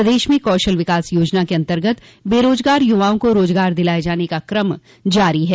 प्रदेश में कौशल विकास योजना के अन्तर्गत बेरोजगार युवाओं को रोजगार दिलाये जाने का क्रम जारी है